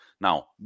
Now